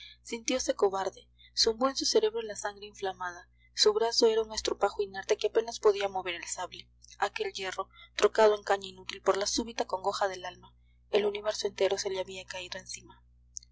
muerte sintiose cobarde zumbó en su cerebro la sangre inflamada su brazo era un estropajo inerte que apenas podía mover el sable aquel hierro trocado en caña inútil por la súbita congoja del alma el universo entero se le había caído encima